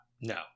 No